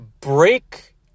break